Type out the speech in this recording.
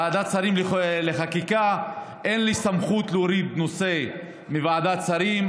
או ועדת שרים לחקיקה; אין לי סמכות להוריד נושא מוועדת שרים.